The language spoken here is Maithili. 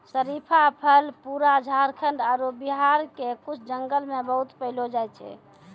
शरीफा फल पूरा झारखंड आरो बिहार के कुछ जंगल मॅ बहुत पैलो जाय छै